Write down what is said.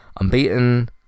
unbeaten